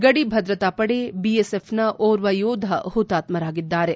ಗಡಿಭದ್ರತಾಪಡೆ ಬಿಎಸ್ಎಫ್ನ ಓರ್ವ ಯೋಧ ಹುತಾತ್ಸರಾಗಿದ್ದಾರೆ